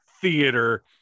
theater